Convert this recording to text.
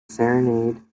serenade